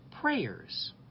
prayers